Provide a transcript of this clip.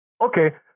Okay